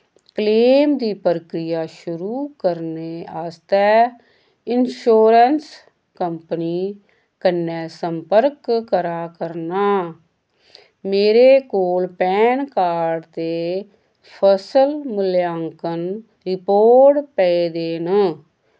claim दी प्रक्रिया शुरू करने आस्तै इंशोरैंस कंपनी कन्नै संपर्क करा करनां मेरे कोल पैन कार्ड ते फसल मूल्यांकन रिपोर्ट पेदे न